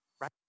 right